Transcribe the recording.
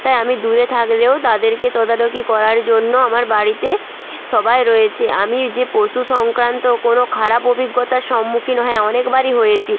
তাই আমি দূরে থাকলেও তাদেরকে তদারকি করার জন্য আমার বাড়িতে সবাই রয়েছে আমি যে পশু সংক্রান্ত কোনো খারাপ অভিজ্ঞতার সম্মুখীন হ্যাঁ অনেকবারই হয়েছি